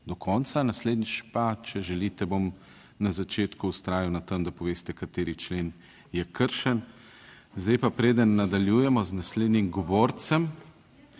do konca. Naslednjič pa, če želite, bom na začetku vztrajal na tem, da poveste kateri člen je kršen. Zdaj pa, preden nadaljujemo z naslednjim govorcem,